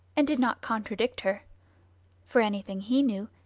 and did not contradict her for anything he knew,